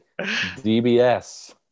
DBS